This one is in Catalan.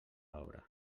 obra